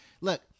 Look